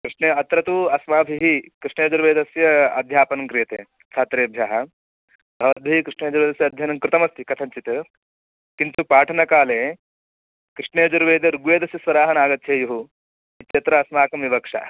कृष्णे अत्र तु अस्माभिः कृष्णयजुर्वेदस्य अध्यापनं क्रियते छात्रेभ्यः भवद्भिः कृष्णयजुर्वेदस्य अध्ययनं कृतमस्ति कथञ्चित् किन्तु पाठनकाले कृष्णयजुर्वेदः ऋग्वेदस्य स्वरः न आगच्छेयुः इत्यत्र अस्माकं विवक्षा